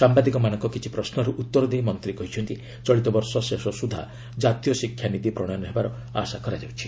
ସାମ୍ଘାଦିକମାନଙ୍କର କିଛି ପ୍ରଶ୍ରର ଉତ୍ତର ଦେଇ ମନ୍ତ୍ରୀ କହିଛନ୍ତି ଚଳିତ ବର୍ଷ ଶେଷ ସୁଦ୍ଧା ଜାତୀୟ ଶିକ୍ଷାନୀତି ପ୍ରଶୟନ ହେବାର ଆଶା କରାଯାଉଛି